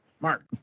Mark